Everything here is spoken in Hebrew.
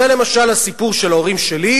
זה למשל הסיפור של ההורים שלי,